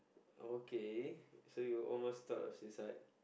okay so you almost thought of suicide